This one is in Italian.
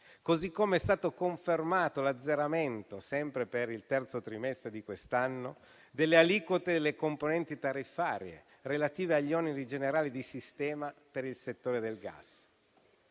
così com'è stato confermato l'azzeramento, sempre per il terzo trimestre di quest'anno, delle aliquote delle componenti tariffarie relative agli oneri generali di sistema per il settore del gas.